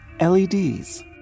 leds